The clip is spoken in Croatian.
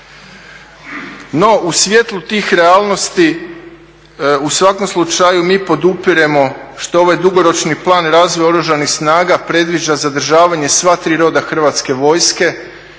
No, u svijetlu tih realnosti u svakom slučaju mi podupiremo što je ovaj dugoročni plan razvoja oružanih snaga predviđa zadržavanje sva tri roda hrvatske vojske,